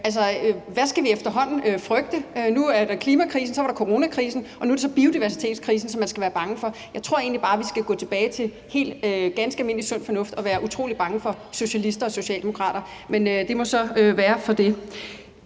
Altså, hvad skal vi efterhånden frygte? Der er klimakrisen, så var der coronakrisen, og nu er det så biodiversitetskrisen, som man skal være bange for. Jeg tror egentlig bare, at vi skal gå tilbage til helt ganske almindelig sund fornuft og være utrolig bange for socialister og socialdemokrater, men det må så være sådan.